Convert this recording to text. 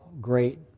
great